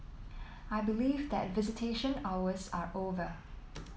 I believe that visitation hours are over